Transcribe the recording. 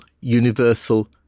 universal